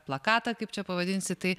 plakatą kaip čia pavadinsi tai